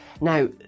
Now